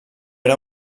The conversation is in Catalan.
era